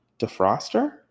Defroster